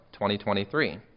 2023